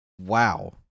wow